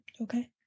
Okay